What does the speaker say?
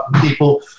people